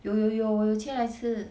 有有有我有切来吃